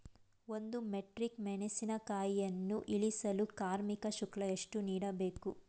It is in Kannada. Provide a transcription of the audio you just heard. ಒಂದು ಮೆಟ್ರಿಕ್ ಮೆಣಸಿನಕಾಯಿಯನ್ನು ಇಳಿಸಲು ಕಾರ್ಮಿಕ ಶುಲ್ಕ ಎಷ್ಟು ನೀಡಬೇಕು?